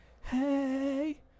Hey